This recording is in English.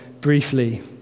briefly